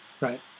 right